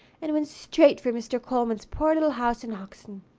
and went straight for mr. coleman's poor little house in hoxton.